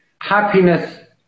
Happiness